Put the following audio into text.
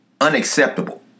unacceptable